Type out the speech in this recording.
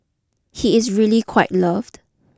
he is really quite loved